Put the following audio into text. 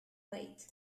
weight